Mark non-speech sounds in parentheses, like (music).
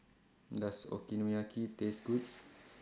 Does Okonomiyaki (noise) Taste Good